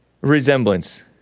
resemblance